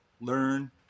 learn